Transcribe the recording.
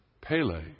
Pele